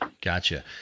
gotcha